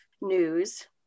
news